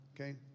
okay